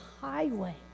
highway